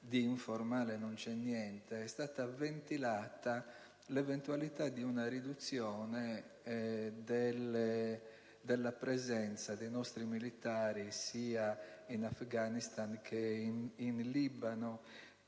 di informale non c'è niente - l'eventualità di una riduzione della presenza dei nostri militari sia in Afghanistan che in Libano.